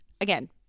again